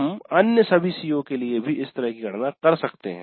हम अन्य सभी CO के लिए भी इसी तरह की गणना कर सकते हैं